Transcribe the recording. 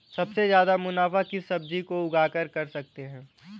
सबसे ज्यादा मुनाफा किस सब्जी को उगाकर कर सकते हैं?